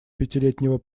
пятилетнего